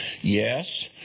yes